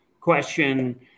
question